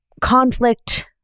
conflict